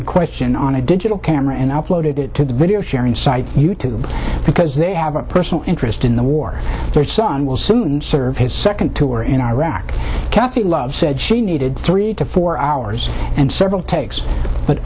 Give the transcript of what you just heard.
ed question on a digital camera and uploaded it to the video sharing site you tube because they have a personal interest in the war their son will soon serve his second tour in iraq kathy love said she needed three to four hours and several takes but